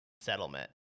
settlement